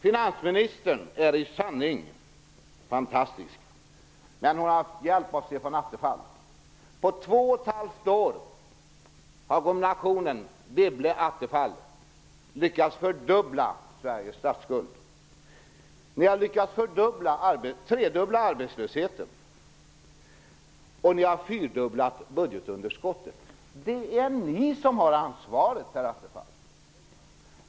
Finansministern är i sanning fantastisk, men hon har haft hjälp av Stefan Attefall. På två och ett halvt år har kombinationen Wibble-- Attefall lyckats fördubbla Sveriges statsskuld. Ni har lyckats tredubbla arbetslösheten, och ni har fyrdubblat budgetunderskottet. Det är ni som har ansvaret, herr Attefall!